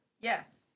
yes